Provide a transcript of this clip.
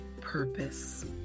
purpose